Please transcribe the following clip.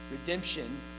redemption